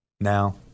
Now